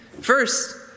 First